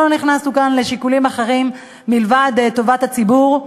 לא נכנסנו כאן לשיקולים אחרים מלבד טובת הציבור.